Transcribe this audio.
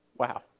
wow